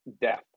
death